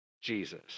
Jesus